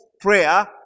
prayer